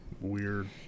weird